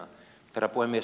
herra puhemies